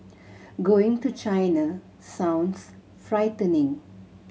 going to China sounds frightening